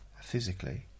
physically